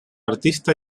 artista